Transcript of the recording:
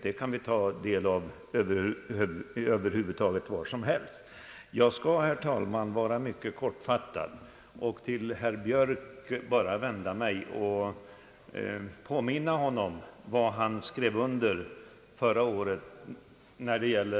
Det kan vi förvissa oss om genom exempel vi kan ta del av från praktiskt taget vilken del av jorden som helst. Jag skall, herr talman, fatta mig mycket kort och endast vända mig till herr Björk för att påminna honom om vad han skrev under förra året beträffande detta problem.